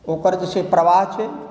ओकर जे छै प्रवाह छै